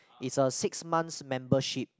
it's a six months membership